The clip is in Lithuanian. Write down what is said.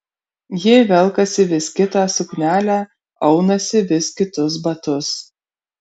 ji velkasi vis kitą suknelę aunasi vis kitus batus